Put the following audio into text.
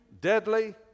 deadly